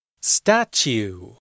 Statue